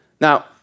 Now